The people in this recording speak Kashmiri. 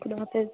خدا حافِظ